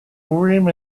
urim